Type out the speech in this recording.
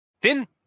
Finn